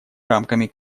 рамками